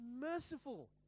merciful